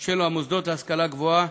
של המוסדות להשכלה גבוהה